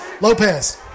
Lopez